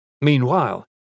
Meanwhile